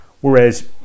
whereas